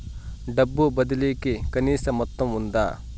డబ్బు బదిలీ కి కనీస మొత్తం ఉందా?